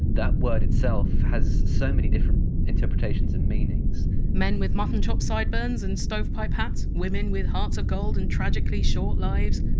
that word itself has so many different interpretations and meanings men with mutton chop sideburns and stovepipe hats, women with hearts of gold and tragically short lives?